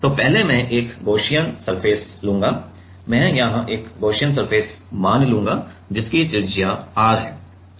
तो पहले मैं एक गॉसियन सरफेस लूंगा मैं यहाँ एक गॉसियन सरफेस मान लूंगा जिसकी त्रिज्या r है